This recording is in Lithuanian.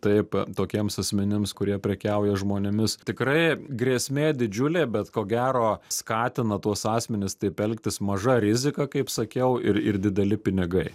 taip tokiems asmenims kurie prekiauja žmonėmis tikrai grėsmė didžiulė bet ko gero skatina tuos asmenis taip elgtis maža rizika kaip sakiau ir ir dideli pinigai